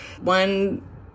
One